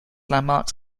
landmarks